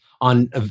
on